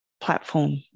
platform